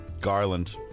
Garland